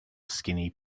skinny